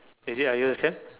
is it are you understand